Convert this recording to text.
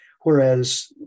whereas